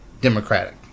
Democratic